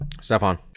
Stefan